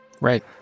right